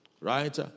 Right